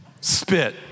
spit